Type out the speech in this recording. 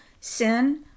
sin